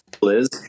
Liz